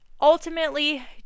ultimately